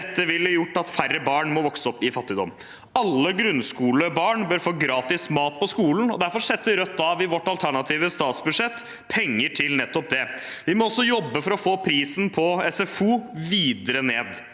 ville gjort at færre barn må vokse opp i fattigdom. Alle grunnskolebarn bør få gratis mat på skolen, og derfor setter Rødt i vårt alternative statsbudsjett av penger til nettopp det. Vi må også jobbe for å få prisen på SFO videre ned.